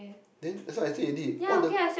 then that's why I say already all the